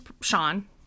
Sean